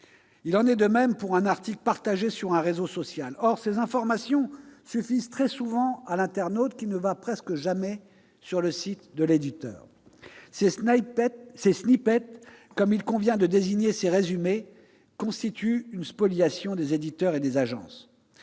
Il en est de même pour un article partagé sur un réseau social. Or ces informations suffisent très souvent à l'internaute, qui ne va presque jamais sur le site de l'éditeur. Ces, comme il convient de désigner ces résumés, constituent une spoliation des éditeurs et des agences.